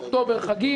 אוקטובר חגים.